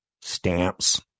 stamps